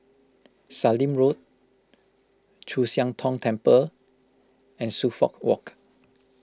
Sallim Road Chu Siang Tong Temple and Suffolk Walk